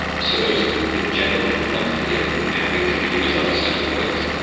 so there's the general complexity of having computers understand voice,